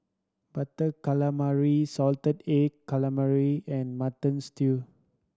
Butter Calamari salted egg calamari and Mutton Stew